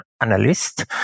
Analyst